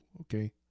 okay